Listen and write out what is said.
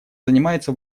занимается